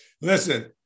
listen